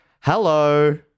Hello